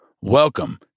Welcome